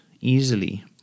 easily